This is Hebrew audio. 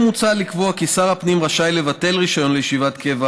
מוצע לקבוע כי שר הפנים יהיה רשאי לבטל רישיון לישיבת קבע